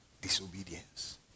disobedience